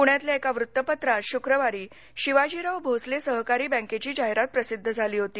पृण्यातल्या एका वृत्तपत्रात शुक्रवारी शिवाजीराव भोसले सहकारी बँकेची जाहिरात प्रसिद्ध झाली होती